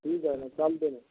ठीक आहे ना चालतंय मग